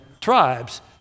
tribes